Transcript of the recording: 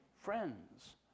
friends